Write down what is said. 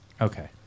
Okay